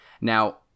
Now